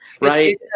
right